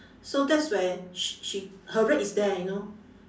so that's where sh~ she her rate is there you know